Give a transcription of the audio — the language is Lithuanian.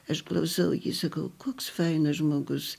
aš klausau jį sakau koks fainas žmogus